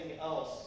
else